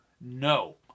No